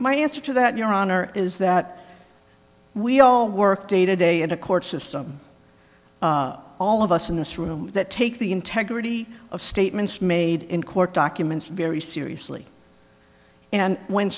my answer to that your honor is that we all work day to day in a court system all of us in this room that take the integrity of statements made in court documents very seriously and when